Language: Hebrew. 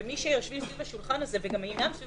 ומי שיושבים סביב השולחן הזה וגם אינם סביב